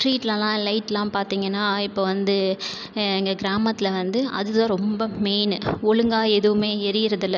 ஸ்ட்ரீட்லலாம் லைட்லாம் பார்த்திங்கன்னா இப்போ வந்து எங்கள் கிராமத்தில் வந்து அதுதான் ரொம்ப மெயின் ஒழுங்காக எதுவுமே எரிகிறதில்ல